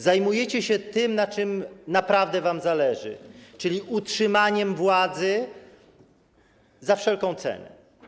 Zajmujecie się tym, na czym naprawdę wam zależy, czyli utrzymaniem władzy za wszelką cenę.